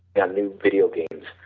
kind of new video games,